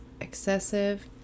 excessive